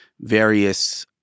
various